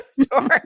story